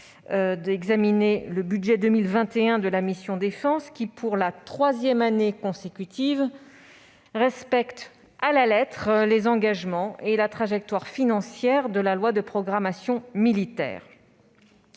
le projet de budget pour 2021 de la mission « Défense », qui, pour la troisième année consécutive, respecte à la lettre les engagements et la trajectoire financière de la loi de programmation militaire.